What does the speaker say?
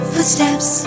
footsteps